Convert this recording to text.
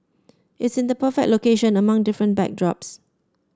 it's in the perfect location among different backdrops